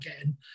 again